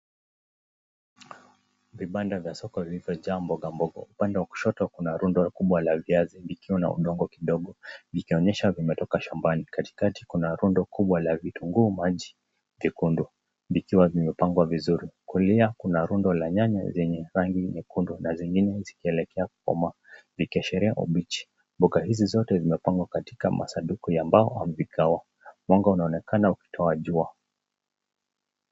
Vibanda vya soko vilivyojaa mboga mboga, upande wa kushoto kuna rundo kubwa la viazi vikiwa na udongo kidogo, vikionyesha vimetoka shambani .Katikati kuna rundo kubwa la vitunguu maji vyekundu, vikiwa vimepangwa vizuri. Kulia kuna rundo la nyanya zenye rangi nyekundu, na zingine zikielekea kukomaa zikiashiria ubichi. Mboga hizi zote zimepangwa katika masanduku ya mbao, mwanga unaonekana ukitoa jua.